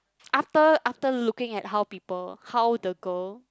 after after looking at how people how the girl